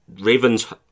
Ravens